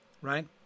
right